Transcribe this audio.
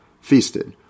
feasted